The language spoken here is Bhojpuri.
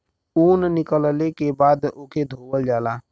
ऊन निकलले के बाद ओके धोवल जाला